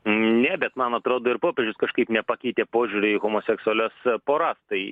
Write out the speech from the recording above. ne bet man atrodo ir popiežius kažkaip nepakeitė požiūrio į homoseksualias poras tai